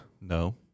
No